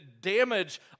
damage